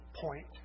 point